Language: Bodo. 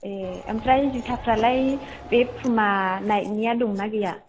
ए ओमफ्राय जुथाफोरालाय बे पुमा होननायनिया दंना गैया